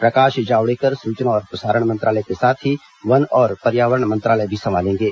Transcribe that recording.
प्रकाश जावड़ेकर सूचना और प्रसारण मंत्रालय के साथ ही वन और पर्यावरण मंत्रालय भी संभालेंगे